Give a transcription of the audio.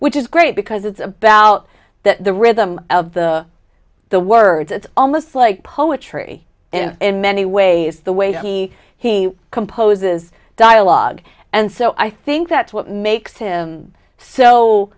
which is great because it's about that the rhythm of the the words it's almost like poetry in many ways the way he he composes dialogue and so i think that's what makes him so